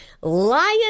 lion